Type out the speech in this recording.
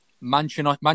Manchester